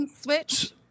switch